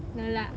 no lah